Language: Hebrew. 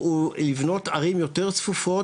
אבל המאמץ שלנו הוא לבנות ערים יותר צפופות,